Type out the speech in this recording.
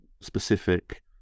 specific